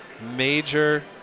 major